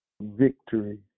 Victory